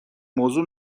موضوع